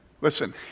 Listen